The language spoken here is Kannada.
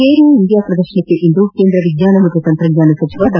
ಏರೋ ಇಂಡಿಯಾ ಪ್ರದರ್ಶನಕ್ಕೆ ಇಂದು ಕೇಂದ್ರ ವಿಜ್ಞಾನ ಮತ್ತು ತಂತ್ರಜ್ಞಾನ ಸಚಿವ ಡಾ